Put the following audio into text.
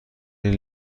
این